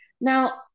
Now